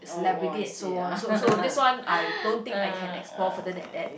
celebrity and so on so so this one I don't think I can explore further than that